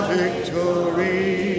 victory